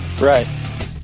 right